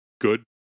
good